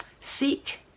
Seek